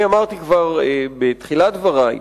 אני אמרתי כבר בתחילת דברי,